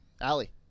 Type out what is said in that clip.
Allie